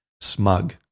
smug